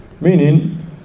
Meaning